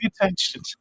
attention